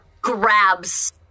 grabs